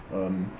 um